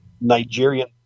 Nigerian